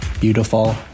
beautiful